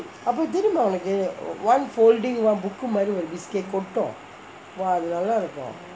அப்போ தெரிமா உனக்கு:appo therima unakku one folding லாம்:laam book மாரி ஒரு:maari oru biscuit கொட்டும் அது நல்லாருக்கும்:kottum athu nallarukkum